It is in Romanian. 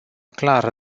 clar